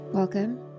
Welcome